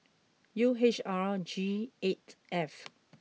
U H R G eight F